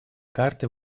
карты